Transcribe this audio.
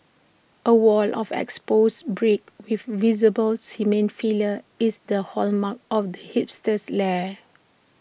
A wall of exposed bricks with visible cement fillers is the hallmark of the hipster's lair